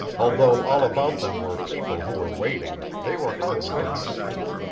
although all about them were people who were waiting, they were hardly to be seen,